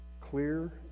clear